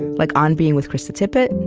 like on being with krista tippett,